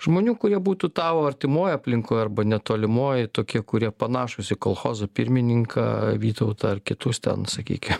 žmonių kurie būtų tau artimoj aplinkoj arba netolimoj tokie kurie panašūs į kolchozo pirmininką vytautą ar kitus ten sakykim